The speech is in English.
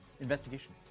Investigation